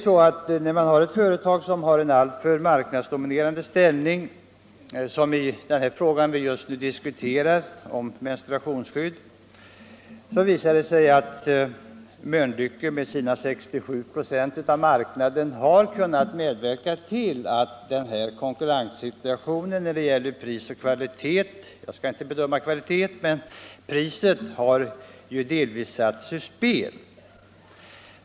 Om ett företag har en alltför marknadsdominerande ställning — som i det fall vi nu diskuterar — kan konkurrensen helt eller delvis sättas ur spel. Jag skall inte diskutera kvaliteten, men när det gäller priset visar sig det att Mölnlycke med sina 67 96 av marknaden har kunnat medverka till att priskonkurrensen inte fungerat.